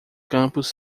campos